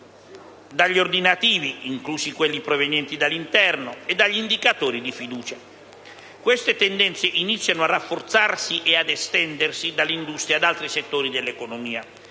dagli ordinativi, inclusi quelli provenienti dall'interno, e dagli indicatori di fiducia. Queste tendenze iniziano a rafforzarsi e a estendersi dall'industria ad altri settori dell'economia.